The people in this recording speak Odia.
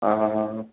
ଅଁ ହଁ ହଁ ହଁ